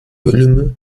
bölümü